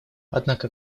однако